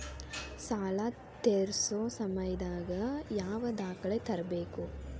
ಸಾಲಾ ತೇರ್ಸೋ ಸಮಯದಾಗ ಯಾವ ದಾಖಲೆ ತರ್ಬೇಕು?